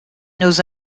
nos